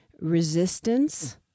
resistance